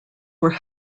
were